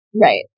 Right